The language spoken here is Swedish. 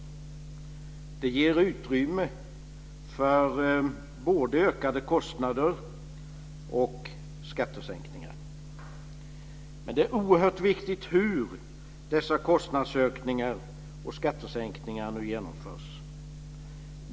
Detta ger utrymme både för ökade kostnader och för skattesänkningar. Men det är oerhört viktigt hur dessa kostnadsökningar och skattesänkningar nu genomförs.